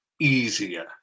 easier